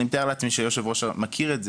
אני מתאר לעצמי שהיו"ר מכיר את זה,